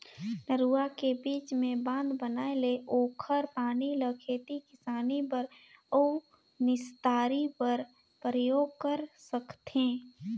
नरूवा के बीच मे बांध बनाये ले ओखर पानी ल खेती किसानी बर अउ निस्तारी बर परयोग कर सकथें